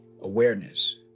awareness